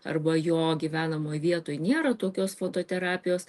arba jo gyvenamoj vietoj nėra tokios fototerapijos